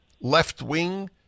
left-wing